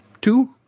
two